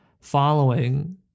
following